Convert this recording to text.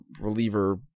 reliever